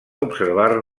observar